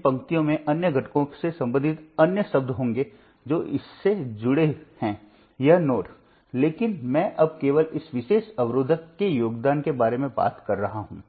स्रोत के वोल्टेज से संबंधित नहीं कर सकते हैं यह होना चाहिए बाकी सर्किट से अन्य बाधाओं द्वारा निर्धारित किया जाता है